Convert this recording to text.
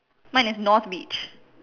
mine is North beach